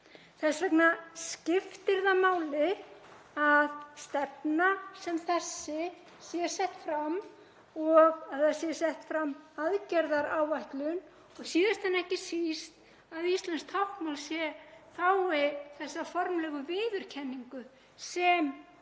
Þess vegna skiptir það máli að stefna sem þessi sé sett fram og að það sé sett fram aðgerðaáætlun og síðast en ekki síst að íslenskt táknmál fái þessa formlegu viðurkenningu sem